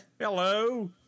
Hello